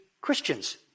Christians